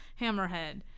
Hammerhead